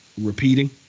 repeating